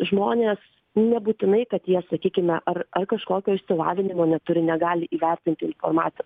žmonės nebūtinai kad jie sakykime ar ar kažkokio išsilavinimo neturi negali įvertinti informacijos